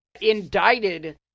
indicted